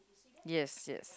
yes yes